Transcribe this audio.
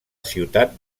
ciutat